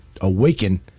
awaken